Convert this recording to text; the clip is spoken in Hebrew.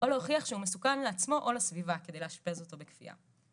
או להוכיח שהוא מסוכן לעצמו או לסביבה כדי לאשפז אותו בכפייה.